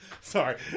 Sorry